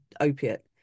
opiate